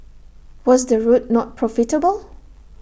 was the route not profitable